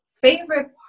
favorite